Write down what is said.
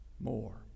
more